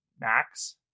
max